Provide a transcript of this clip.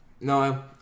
No